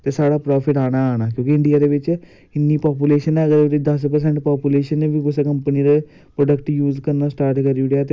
लेकिन जेह्ड़े घवला घुवला करदे नै जेह्ड़े टीचर टूचर होंदे नै एह् नी होना चाहिदा मैं गौरमैंट अग्गैं अपील करदा ऐं इयै अपील करदा ऐं कि जो बी किश होना चाहिदा